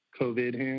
covid